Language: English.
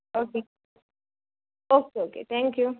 okay okay okay thank you